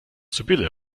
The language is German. sibylle